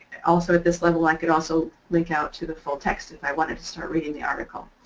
also at this level i could also link out to the full text if i wanted to start reading the article.